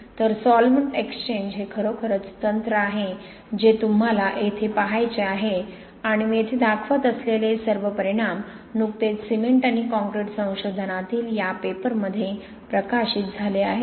तर solvent exchange हे खरोखरच तंत्र आहे जे तुम्हाला येथे पहायचे आहे आणि मी येथे दाखवत असलेले सर्व परिणाम नुकतेच सिमेंट आणि काँक्रीट संशोधनातील या पेपरमध्ये प्रकाशित झाले आहेत